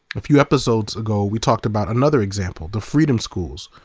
a few episodes ago we talked about another example, the freedom schools,